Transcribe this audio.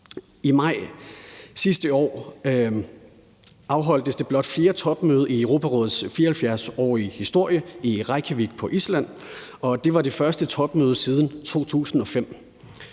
I maj sidste år afholdtes det blot fjerde topmøde i Europarådets 74-årige historie i Reykjavik på Island, og det var det første topmøde siden 2005.